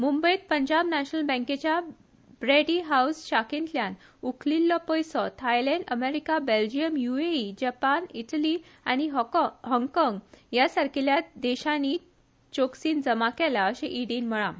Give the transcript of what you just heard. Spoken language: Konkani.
मूंबयत पंजाब नॅशनल बँकेच्या ब्रॅडी हावज शाखेंतल्यान उखलील्लो पैसो Thailand America Belgium UAE Japan Italy अनी हाँगकाँग ह्या सारखेल्या देशानी चोक्सीन जमा केला अशे इडी न म्हळा